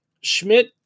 Schmidt